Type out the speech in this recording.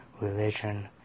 religion